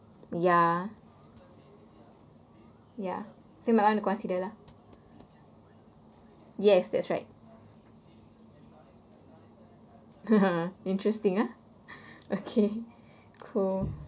ya ya same like want to consider lah yes that's right (uh huh) interesting uh okay cool